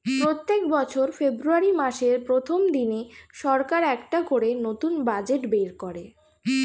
প্রত্যেক বছর ফেব্রুয়ারি মাসের প্রথম দিনে সরকার একটা করে নতুন বাজেট বের করে